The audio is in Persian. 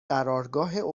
قرارگاه